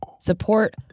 Support